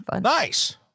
nice